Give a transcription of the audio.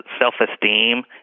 self-esteem